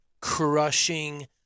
crushing